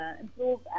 improve